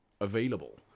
available